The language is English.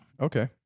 Okay